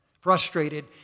Frustrated